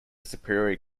superior